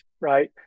right